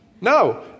No